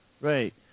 Right